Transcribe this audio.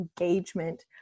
engagement